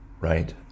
right